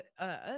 Earth